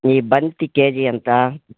మీ బంతి కేజీ ఎంత